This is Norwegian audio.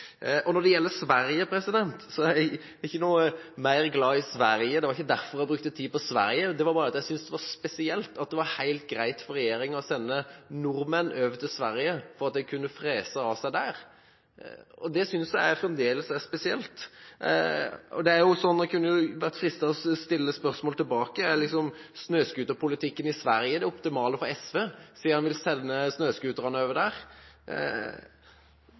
Når det gjelder Sverige, er jeg ikke mer glad i Sverige. Det var ikke derfor jeg brukte tid på Sverige. Jeg syntes bare det var spesielt at det var helt greit for regjeringen å sende nordmenn over til Sverige for å frese av seg der. Det synes jeg fremdeles er spesielt. Man kunne nesten vært fristet til å stille spørsmålet tilbake, om snøscooterpolitikken i Sverige er den optimale for SV, siden man vil sende snøscooterne over